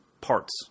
parts